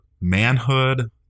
manhood